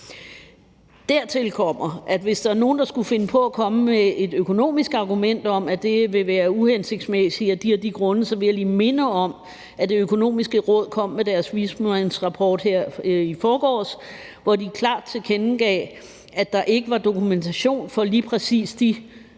Dertil kommer, at hvis der er nogen, der skulle finde på at komme med et økonomisk argument om, at det vil være uhensigtsmæssigt af de og de grunde, så vil jeg lige minde om, at Det Økonomiske Råd kom med deres vismandsrapport her i forgårs, hvor de klart tilkendegav, at der ikke var dokumentation for lige præcis de